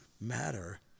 matter